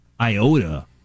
iota